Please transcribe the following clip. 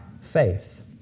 faith